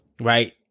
right